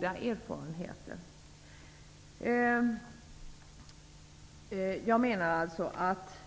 goda erfarenheter av detta.